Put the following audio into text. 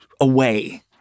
away